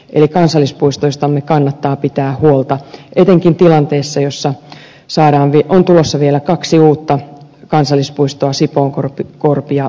eli kansallispuistoistamme kannattaa pitää huolta etenkin tilanteessa jossa on tulossa vielä kaksi uutta kansallispuistoa sipoonkorpi ja selkämeren kansallispuisto